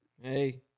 hey